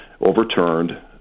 overturned